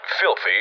Filthy